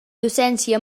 docència